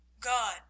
God